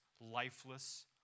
lifeless